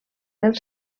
del